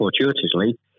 fortuitously